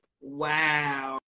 Wow